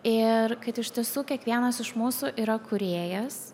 ir kad iš tiesų kiekvienas iš mūsų yra kūrėjas